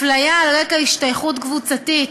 אפליה על רקע השתייכות קבוצתית